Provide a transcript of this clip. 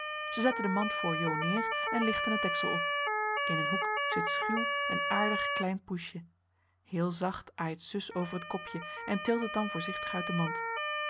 zij zetten den mand voor jo neer en lichten het deksel op in een hoek zit schuw een aardig klein poesje heel zacht aait zus over het kopje en tilt het dan voorzichtig uit de mand